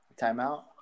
Timeout